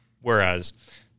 Whereas